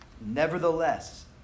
Nevertheless